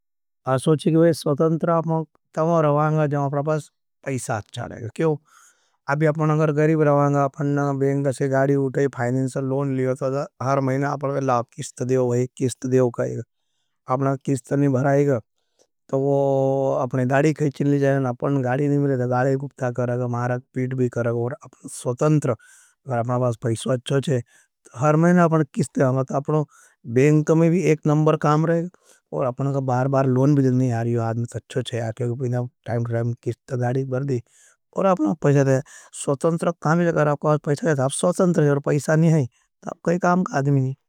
असो छे की स्वतंत्र अपना तवा रवाँग जब आपना पाईसाथ चाड़ेगा। अभी अपना गरीब रवाँग, अपना बेंक से गाड़ी उठाए, फाइनेंशल लोन लिया थादा, हर मेना आपना लाब किस्त देव है, किस्त देव काईगा। स्वतंत्र अपना पाईसाथ चाड़ेगा। वो अपनी गाड़ी खींच के ले जाओगे। ते अपनों स्वतंत्र रहो तो बैंक में भी अपना एक नंबर काम रहो। टाइम से किश्त भरदी तो बढ़िया वरना आपण केई काम का आदमी नी।